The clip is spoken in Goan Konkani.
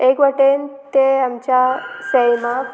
एक वटेन ते आमच्या सैमाक